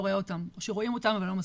אותם, או שרואים אותם אבל לא מספיק.